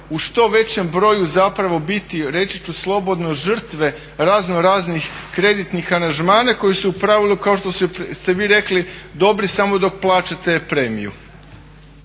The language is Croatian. u što većem broju zapravo biti, reći ću slobodno žrtve raznoraznih kreditnih aranžmana koji su u pravilu kao što ste vi rekli dobri samo dok plaćate premiju.